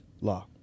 Law